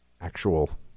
actual